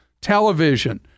television